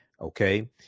Okay